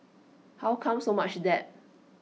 how come so much debt